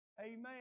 Amen